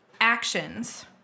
actions